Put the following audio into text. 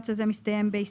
הצבעה לא אושר.